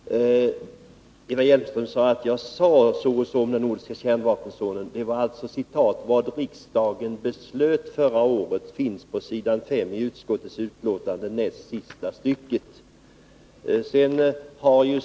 Herr talman! Eva Hjelmström sade att jag sagt så och så om den nordiska kärnvapenfria zonen. Jag citerade vad riksdagen beslöt förra året — det finns på s. 5 i utskottets betänkande, näst sista stycket.